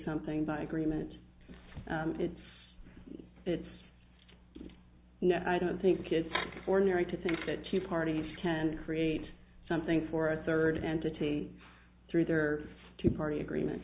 something by agreement and it's it's no i don't think kids ordinary to think that two parties can create something for a third entity through their two party agreement